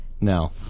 No